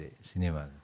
cinema